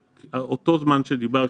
באותו זמן שעליו דיברת,